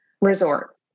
resort